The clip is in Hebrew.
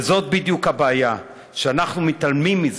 וזאת בדיוק הבעיה, שאנחנו מתעלמים מזה,